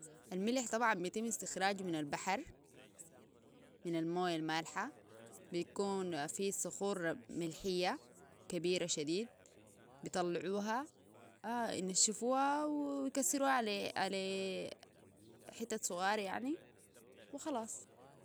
الملح طبعا بيتم استخراجو من البحر من المويه المالحه بيكون في صخور ملحية كبيرة بطلعوها ونشفوها ويكسرها على حتت صغيرة وخلاص